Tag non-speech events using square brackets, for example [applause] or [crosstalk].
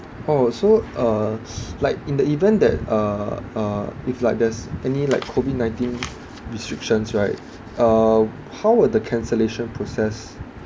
oh so uh [noise] like in the event that uh uh if like there's any like COVID nineteen restrictions right uh how would the cancellation process